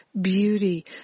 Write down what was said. beauty